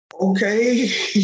Okay